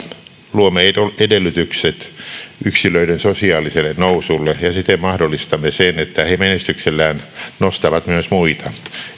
luomme edellytykset yksilöiden sosiaaliselle nousulle ja siten mahdollistamme sen että he menestyksellään nostavat myös muita